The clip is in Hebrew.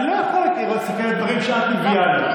אני לא יכול, כאלה דברים שאת מביאה לי.